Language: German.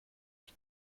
ich